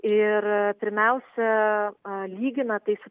ir pirmiausia lygina tais